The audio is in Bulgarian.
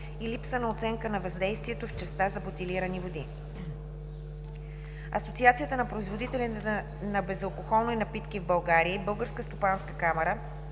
и липса на оценка на въздействието в частта за бутилираните води. Асоциацията на производителите на безалкохолни напитки в България и Българската стопанска камара